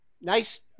nice